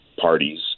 parties